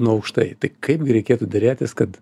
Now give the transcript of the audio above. nuo aukštai tai kaip reikėtų derėtis kad